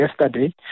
yesterday